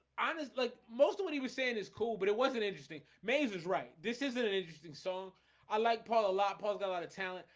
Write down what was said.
honest like most of what he was saying is cool, but it wasn't interesting mayes is right. this isn't an interesting song i like paul a lot bugs a lot of talent.